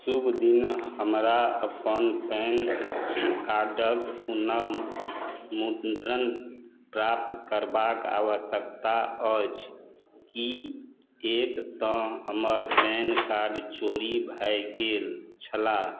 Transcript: शुभ दिन हमरा अपन पैन कार्डक पुनर्मुद्रण प्राप्त करबाक आवश्यकता अछि किएक तऽ हमर पैन कार्ड चोरी भै गेल छल